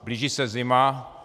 Blíží se zima.